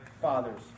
fathers